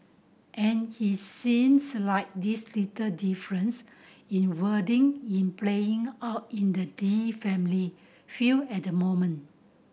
and it seems like these little difference in wording in playing out in the Lee family field at the moment